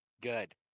good